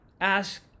ask